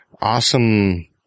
awesome